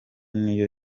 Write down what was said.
niyo